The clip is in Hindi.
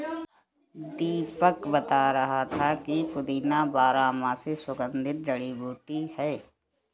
दीपक बता रहा था कि पुदीना बारहमासी सुगंधित जड़ी बूटी है